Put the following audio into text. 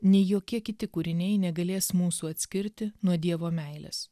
nei jokie kiti kūriniai negalės mūsų atskirti nuo dievo meilės